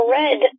red